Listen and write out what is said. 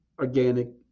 organic